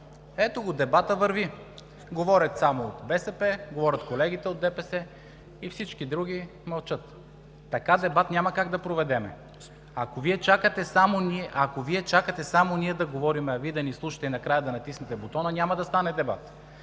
Ето го, дебатът върви – говорят само от БСП, говорят колегите от ДПС, и всички други мълчат. Така дебат няма как да проведем, ако Вие чакате само ние да говорим, а Вие да ни слушате и накрая да натиснете бутона. Няма да стане дебат.